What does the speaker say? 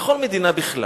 וכל מדינה בכלל,